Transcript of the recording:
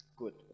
good